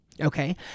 okay